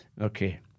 Okay